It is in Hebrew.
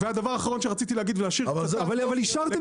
והדבר האחרון שרציתי להגיד ולהשאיר -- אבל אישרתם